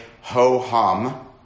ho-hum